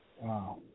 Wow